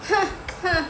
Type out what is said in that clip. !huh!